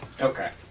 Okay